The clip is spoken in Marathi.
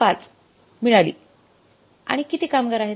5 मिळाली आणि किती कामगार आहेत